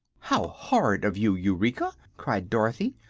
how horrid of you, eureka! cried dorothy.